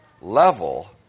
level